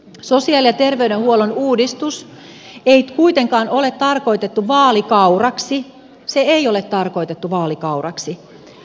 sosiaali ja terveydenhuollon uudistus ei kuitenkaan ole tarkoitettu vaalikauraksi se ei ole tarkoitettu vaalikauraksi